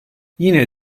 yine